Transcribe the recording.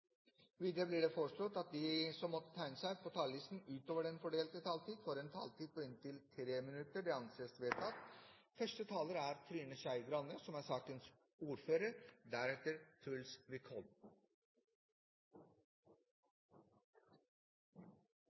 Videre blir det foreslått at de som måtte tegne seg på talerlisten utover den fordelte taletid, får en taletid på inntil 3 minutter. – Det anses vedtatt. Dagens forslag er et forslag fra Fremskrittspartiet om å få til en mer helhetlig plan for voksnes læring. Det er